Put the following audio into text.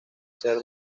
ser